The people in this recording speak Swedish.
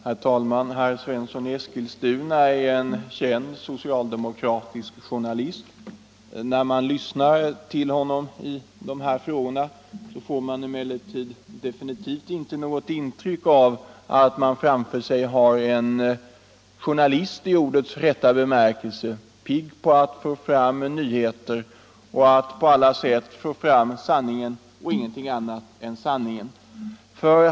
Herr talman! Herr Svensson i Eskilstuna är en känd socialdemokratisk journalist. När man lyssnar till honom i de här frågorna får man emellertid inte något intryck av att man framför sig har en journalist i ordets rätta bemärkelse, pigg på att hitta nybreter och på alla sätt få fram sanningen och ingenting annat än sanningen.